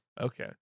Okay